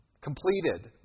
completed